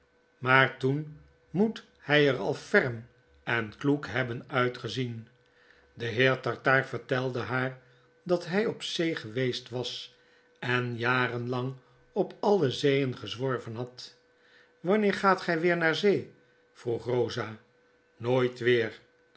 raaar toen moet hg er al ferm en kloek hebben uitgezien de heer tartaar vertelde haar dat hij op zee geweest was en jarenlang op alle zeeen gezworven had wanneer gaat gy weer naar zee vroeg eosa nooit weer